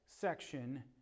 section